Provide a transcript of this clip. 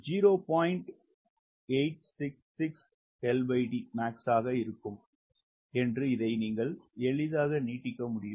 866 LDmax ஆக இருக்கும் என்று இதை எளிதாக நீட்டிக்க முடியும்